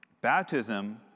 Baptism